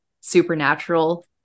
Supernatural